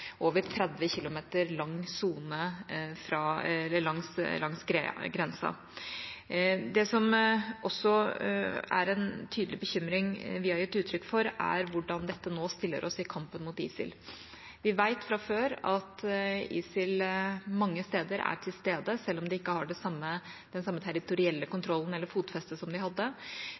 tydelig bekymring vi har gitt uttrykk for, er hvordan dette nå stiller oss i kampen mot ISIL. Vi vet fra før at ISIL mange steder er til stede, selv om de ikke har den samme territorielle kontrollen eller det fotfestet som de hadde.